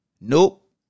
Nope